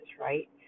right